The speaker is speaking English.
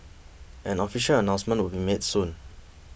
an official announcement would be made soon